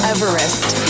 Everest